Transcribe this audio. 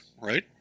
right